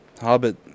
Hobbit